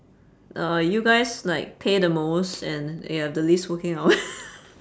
uh you guys like pay the most and you have the least working hours